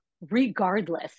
regardless